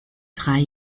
drei